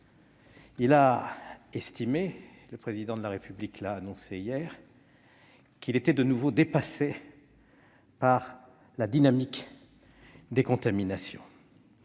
s'étendre. Le Président de la République a annoncé hier qu'il était de nouveau dépassé par la dynamique des contaminations